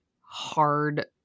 hard